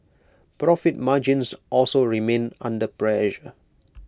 profit margins also remained under pressure